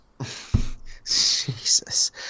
Jesus